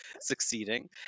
succeeding